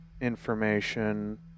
information